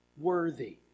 worthy